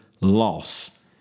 loss